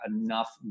enough